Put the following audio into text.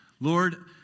Lord